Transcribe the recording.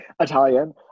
Italian